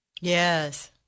Yes